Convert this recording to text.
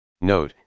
Note